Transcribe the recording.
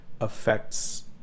affects